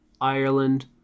Ireland